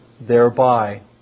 thereby